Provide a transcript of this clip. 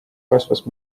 kasvas